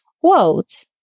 quote